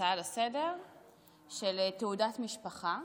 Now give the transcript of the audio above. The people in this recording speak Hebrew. הצעה לסדר-היום של תעודת משפחה.